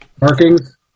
markings